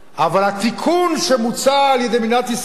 אבל התיקון שמוצע על-ידי מדינת ישראל